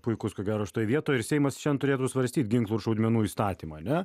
puikus ko gero šitoj vietoj ir seimas šian turėtų svarstyt ginklų ir šaudmenų įstatymą ane